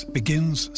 begins